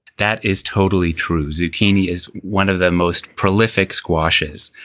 that is totally true. zucchini is one of the most prolific squashes.